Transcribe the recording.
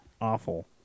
awful